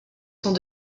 sont